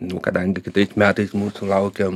nu kadangi kitais metais mūsų laukia